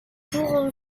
pour